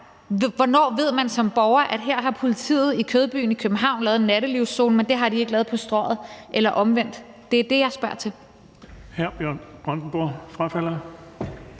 hvornår man som borger ved, at her har politiet i Kødbyen i København lavet en nattelivszone, men det har de ikke lavet på Strøget, eller omvendt. Det er det, jeg spørger til.